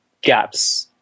gaps